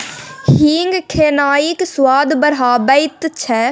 हींग खेनाइक स्वाद बढ़ाबैत छै